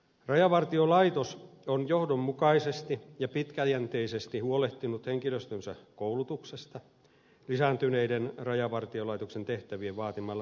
rajavartiolaitos on johdonmukaisesti ja pitkäjänteisesti huolehtinut henkilöstönsä koulutuksesta lisääntyneiden rajavartiolaitoksen tehtävien vaatimalla tavalla